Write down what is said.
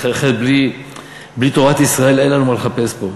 אחרת, בלי תורת ישראל, אין לנו מה לחפש פה.